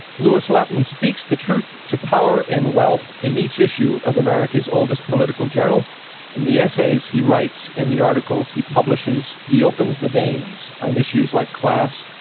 lewis lapham speaks the truth to power and wealth in each issue of america's oldest political journal in the essays he writes, in the articles he publishes, he opens the veins on issues like class,